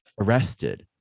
arrested